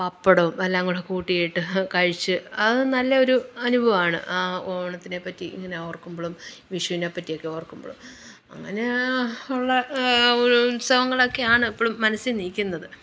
പപ്പടവും എല്ലാം കൂടി കൂട്ടിയിട്ട് കഴിച്ച് അതു നല്ല ഒരു അനുഭവമാണ് ഓണത്തിനെപറ്റി ഇങ്ങനെ ഓർക്കുമ്പോഴും വിഷുവിനെ പറ്റിയൊക്കെ ഓർക്കുമ്പോഴും അങ്ങനെ ഉള്ള ഉത്സവങ്ങളൊക്കെയാണ് എപ്പോഴും മനസ്സിൽ നിൽക്കുന്നത്